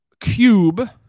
cube